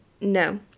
no